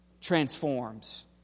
transforms